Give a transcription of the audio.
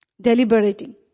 Deliberating